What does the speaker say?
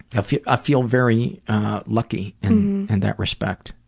ah feel ah feel very lucky in and that respect.